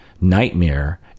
nightmare